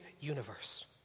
universe